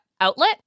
outlet